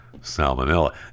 salmonella